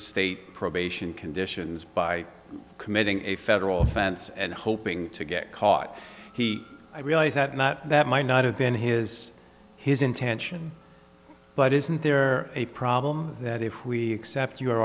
state probation conditions by committing a federal offense and hoping to get caught he i realize that not that might not have been his his intention but isn't there a problem that if we accept your